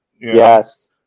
Yes